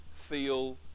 feel